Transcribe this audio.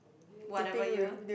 whatever year